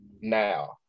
now